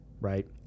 right